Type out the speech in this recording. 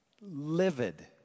livid